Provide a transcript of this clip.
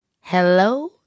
hello